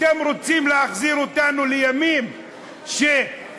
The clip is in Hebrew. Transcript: אתם רוצים להחזיר אותנו לימי החושך,